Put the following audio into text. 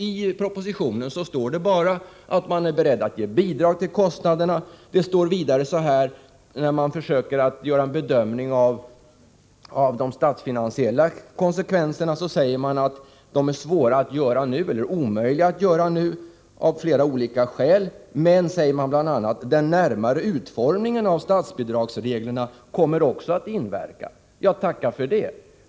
I propositionen står det bara att man är beredd att ge bidrag till kostnaderna. När man i propositionen försöker göra en bedömning av de statsfinansiella konsekvenserna säger man att en sådan bedömning av flera skäl är omöjlig att göra nu. Men man säger också att den närmare utformningen av statsbidragsreglerna också kommer att inverka. Ja, tacka för det.